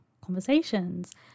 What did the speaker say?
conversations